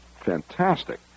fantastic